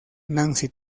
nancy